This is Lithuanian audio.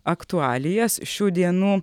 aktualijas šių dienų